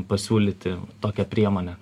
pasiūlyti tokią priemonę